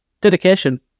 Dedication